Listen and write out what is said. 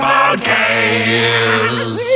Podcast